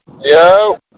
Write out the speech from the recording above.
Yo